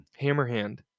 Hammerhand